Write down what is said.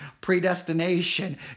predestination